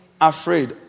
afraid